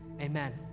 Amen